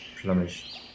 plumage